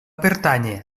pertànyer